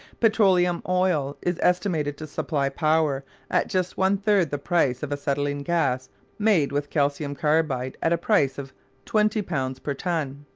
petroleum oil is estimated to supply power at just one-third the price of acetylene gas made with calcium carbide at a price of twenty pounds per ton.